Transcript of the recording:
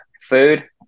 Food